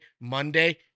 Monday